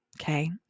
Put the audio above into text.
Okay